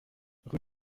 rue